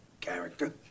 character